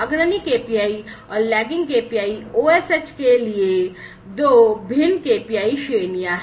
अग्रणी KPI और lagging KPI OSH के लिए दो भिन्न KPI श्रेणियां हैं